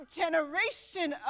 generation